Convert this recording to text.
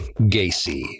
Gacy